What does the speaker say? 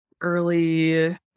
early